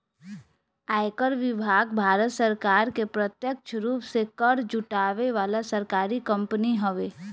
आयकर विभाग भारत सरकार के प्रत्यक्ष रूप से कर जुटावे वाला सरकारी कंपनी हवे